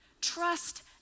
Trust